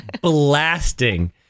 blasting